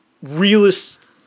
realist